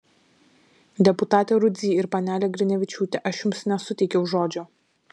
deputate rudzy ir panele grinevičiūte aš jums nesuteikiau žodžio